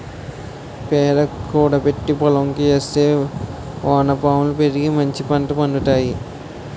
పేడ కూడబెట్టి పోలంకి ఏస్తే వానపాములు పెరిగి మంచిపంట పండుతాయి